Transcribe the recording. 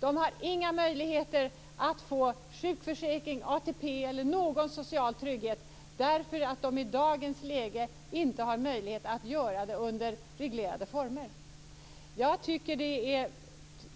De har inga möjligheter att få sjukförsäkring, ATP eller någon annan social trygghet därför att de i dagens läge inte kan arbeta under reglerade former. Jag tycker att